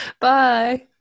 Bye